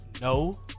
no